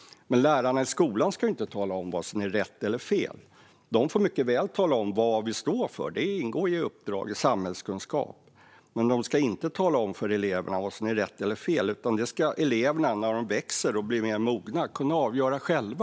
Men lärarna i skolan ska inte tala om vad som är rätt eller fel. De får mycket väl tala om vad vi står för; det ingår ju i uppdraget när det gäller samhällskunskap. Men de ska inte tala om för eleverna vad som är rätt eller fel, utan det ska eleverna när de växer upp och blir mer mogna kunna avgöra själva.